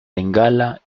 bengala